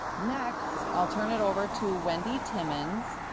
next, i'll turn it over to wendy timmons,